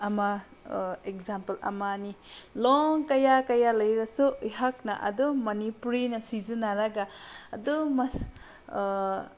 ꯑꯃ ꯑꯦꯛꯖꯥꯝꯄꯜ ꯑꯃꯅꯤ ꯂꯣꯟ ꯀꯌꯥ ꯀꯌꯥ ꯂꯩꯔꯁꯨ ꯑꯩꯍꯥꯛꯅ ꯑꯗꯨꯝ ꯃꯅꯤꯄꯨꯔꯤꯅ ꯁꯤꯖꯤꯟꯅꯔꯒ ꯑꯗꯨꯝ